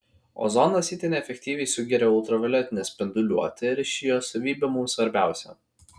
ozonas itin efektyviai sugeria ultravioletinę spinduliuotę ir ši jo savybė mums svarbiausia